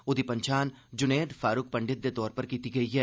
ओहदी पन्छान जुनेद फारूक पंडित दे तौर पर कीती गेई ऐ